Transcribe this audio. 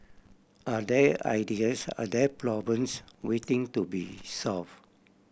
are there ideas are there problems waiting to be solved